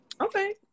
Okay